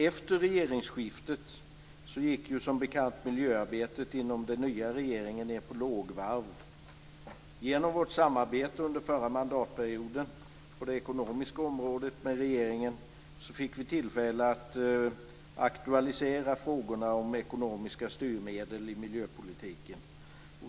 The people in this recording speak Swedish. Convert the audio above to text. Efter regeringsskiftet gick, som bekant, miljöarbetet inom den nya regeringen ned på lågvarv. Genom vårt samarbete med regeringen på det ekonomiska området under den förra mandatperioden fick vi tillfälle att aktualisera frågorna om ekonomiska styrmedel i miljöpolitiken.